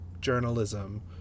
journalism